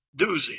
doozy